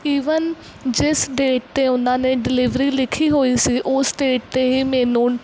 even ਜਿਸ date 'ਤੇ ਉਹਨਾਂ ਨੇ ਡਲੀਵਰੀ ਲਿਖੀ ਹੋਈ ਸੀ ਉਸ ਡੇਟ 'ਤੇ ਹੀ ਮੈਨੂੰ